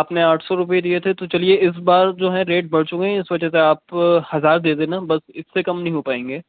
آپ نے آٹھ سو روپے دیے تھے تو چلیے اس بار جو ہیں ریٹ بڑھ چکے ہیں اس وجہ سے آپ ہزار دے دینا بس اس سے کم نہیں ہو پائیں گے